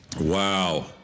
Wow